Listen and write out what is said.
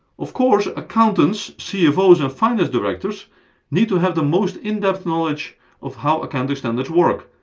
of course, accountants, cfo's and finance directors need to have the most in-depth knowledge of how accounting standards work,